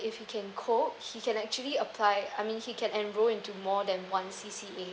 if you can cope he can actually apply I mean he can enroll into more than once C_C_A